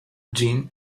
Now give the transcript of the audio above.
jin